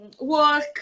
work